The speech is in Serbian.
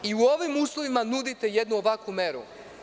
U ovim uslovima nudite jednu ovakvu meru.